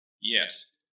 Yes